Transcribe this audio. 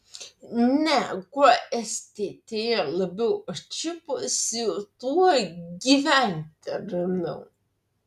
ne kuo stt labiau atšipusi tuo gyventi ramiau